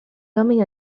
coming